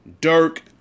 Dirk